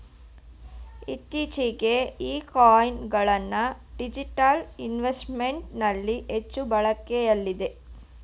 ಇತ್ತೀಚೆಗೆ ಈ ಕಾಯಿನ್ ಗಳನ್ನ ಡಿಜಿಟಲ್ ಇನ್ವೆಸ್ಟ್ಮೆಂಟ್ ನಲ್ಲಿ ಹೆಚ್ಚು ಬಳಕೆಯಲ್ಲಿದೆ